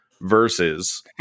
versus